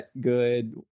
good